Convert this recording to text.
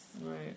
Right